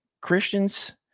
Christians